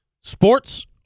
Sports